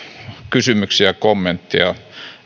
kysymyksiä ja kommentteja